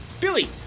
Billy